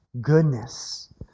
goodness